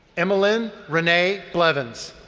emelyn rene blevins.